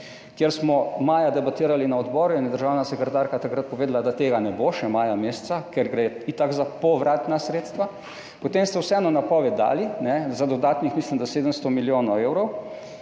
ker smo maja debatirali na odboru in je državna sekretarka takrat povedala, da tega še ne bo meseca maja, ker gre itak za povratna sredstva. Potem ste vseeno dali napoved za dodatnih, mislim, da 700 milijonov evrov,